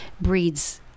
breeds